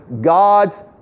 God's